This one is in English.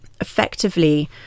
effectively